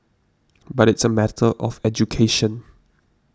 but it's a matter of education